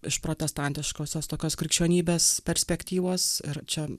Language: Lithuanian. iš protestantiškosios tokios krikščionybės perspektyvos ir čia